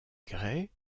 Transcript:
grès